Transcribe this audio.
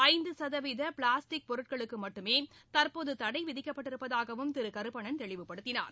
ஐந்து சதவீத பிளாஸ்டிக் பொருட்களுக்கு மட்டுமே தற்போது தடை விதிக்கப்பட்டிருப்பதாகவும் திரு கே சி கருப்பண்ணன் தெளிவுப்படுத்தினார்